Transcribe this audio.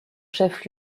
chef